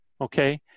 okay